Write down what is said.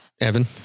Evan